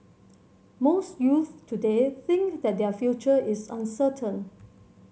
most youths today think that their future is uncertain